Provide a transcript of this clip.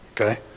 Okay